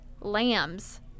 lambs